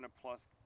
plus